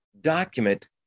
document